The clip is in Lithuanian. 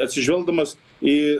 atsižvelgdamas į